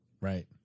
Right